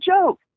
joke